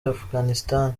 afghanistan